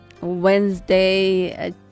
Wednesday